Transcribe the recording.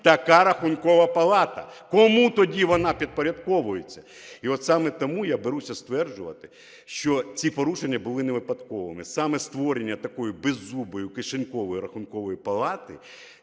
така Рахункова палата? Кому тоді вона підпорядковується? І от саме тому я беруся стверджувати, що ці порушення були невипадковими, саме створення такої беззубої кишенькової Рахункової палати,